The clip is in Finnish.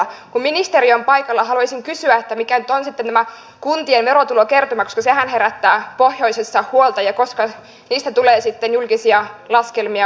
kun ministeri on paikalla haluaisin kysyä mikä nyt on tämä kuntien verotulokertymä koska sehän herättää pohjoisessa huolta ja koska niistä tulee julkisia laskelmia valtiovarainministeriöstä